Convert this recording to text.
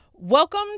welcome